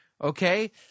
okay